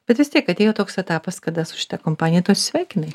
bet vis tiek atėjo toks etapas kada su šita kompanija tu atsisveikinai